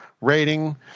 rating